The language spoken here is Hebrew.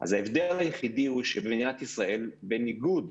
אז ההבדל היחידי הוא שבמדינת ישראל, בניגוד